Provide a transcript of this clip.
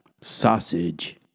sausage